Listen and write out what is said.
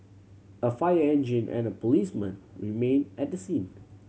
a fire engine and a policeman remained at the scene